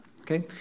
okay